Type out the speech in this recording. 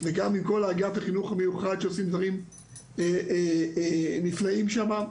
וגם עם כל האגף לחינוך המיוחד שעושים דברים נפלאים שם.